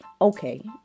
okay